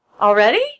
Already